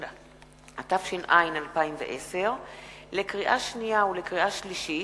התש"ע 2010. לקריאה שנייה ולקריאה שלישית: